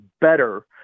better